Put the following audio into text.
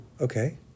Okay